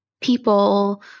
people